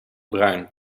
bruin